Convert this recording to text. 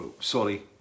sorry